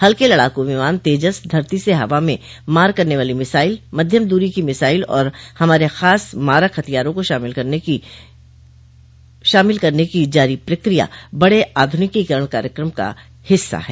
हल्के लड़ाकू विमान तेजस धरती से हवा में मार करने वाली मिसाइल मध्यम दूरी की मिसाइल और हमारे खास मारक हथियारों को शामिल करने की जारी प्रक्रिया बड़े आध्रनिकीकरण कार्यक्रम का हिस्सा हैं